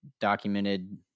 documented